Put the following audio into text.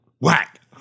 whack